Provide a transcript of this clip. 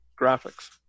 graphics